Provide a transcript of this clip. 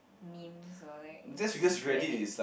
memes or like Reddit